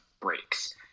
breaks